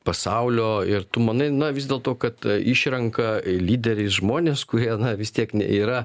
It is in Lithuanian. pasaulio ir tu manai na vis dėl to kad išrenka lyderiais žmones kurie na vis tiek yra